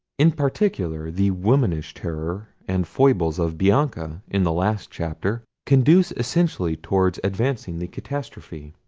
in particular, the womanish terror and foibles of bianca, in the last chapter, conduce essentially towards advancing the catastrophe.